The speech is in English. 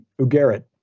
Ugarit